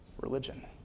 religion